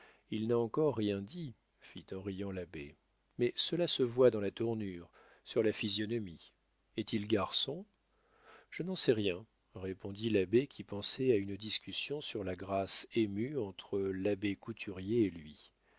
il n'a encore rien dit fit en riant l'abbé mais cela se voit dans la tournure sur la physionomie est-il garçon je n'en sais rien répondit l'abbé qui pensait à une discussion sur la grâce émue entre l'abbé couturier et lui